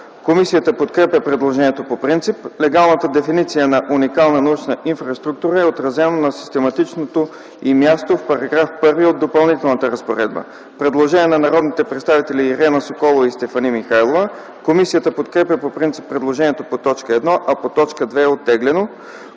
Комисията подкрепя предложението по принцип. Легалната дефиниция на „Уникална научна инфраструктура” е отразена на систематичното й място в § 1 от Допълнителната разпоредба. Има предложение на народните представители Ирена Соколова и Стефани Михайлова. Комисията подкрепя по принцип предложението по т. 1, а по т. 2 е оттеглено.